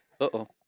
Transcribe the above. Uh-oh